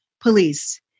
police